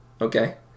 okay